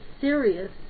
serious